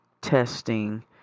testing